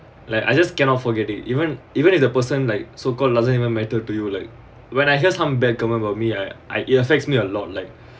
like I just cannot forget it even even if the person like so called doesn't even matter to you like when I hear some bad comment about me I I it affects me a lot like